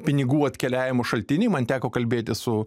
pinigų atkeliavimo šaltiniai man teko kalbėtis su